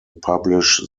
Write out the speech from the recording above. publish